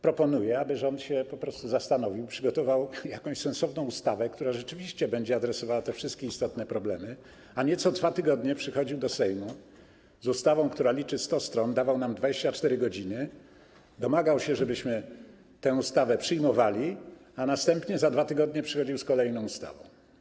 Proponuję, aby rząd po prostu się zastanowił, przygotował jakąś sensowną ustawę, która rzeczywiście będzie adresowała te wszystkie istotne problemy, a nie co 2 tygodnie przychodził do Sejmu z ustawą, która liczy 100 stron, dawał nam 24 godziny, domagał się, żebyśmy tę ustawę przyjmowali, a następnie za 2 tygodnie przychodził z kolejną ustawą.